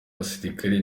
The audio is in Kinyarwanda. basirikare